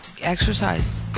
exercise